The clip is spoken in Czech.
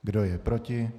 Kdo je proti?